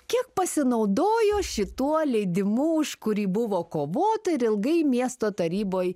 kiek pasinaudojo šituo leidimu už kurį buvo kovota ir ilgai miesto taryboj